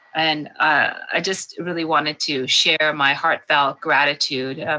and i just really wanted to share my heartfelt gratitude,